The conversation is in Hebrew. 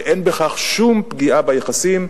שאין בכך שום פגיעה ביחסים.